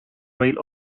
rail